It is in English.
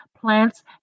plants